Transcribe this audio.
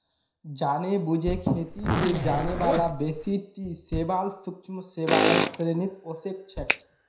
जानेबुझे खेती स जाने बाला बेसी टी शैवाल सूक्ष्म शैवालेर श्रेणीत ओसेक छेक